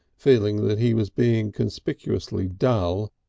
feeling that he was being conspicuously dull,